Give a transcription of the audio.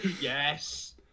Yes